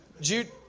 Jude